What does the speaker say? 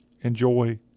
enjoy